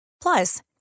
Plus